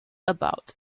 about